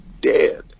dead